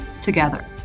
together